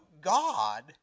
God